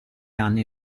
anni